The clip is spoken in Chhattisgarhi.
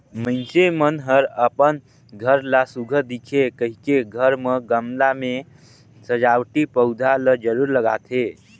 मइनसे मन हर अपन घर ला सुग्घर दिखे कहिके घर म गमला में सजावटी पउधा ल जरूर लगाथे